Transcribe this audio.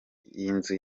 y’inzu